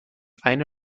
eine